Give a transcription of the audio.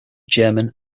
german